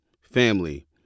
family